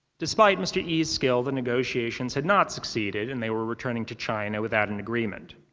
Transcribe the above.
despite mr. yi's skill, the negotiations had not succeeded and they were returning to china without an agreement.